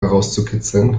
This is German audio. herauszukitzeln